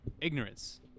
ignorance